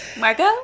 Marco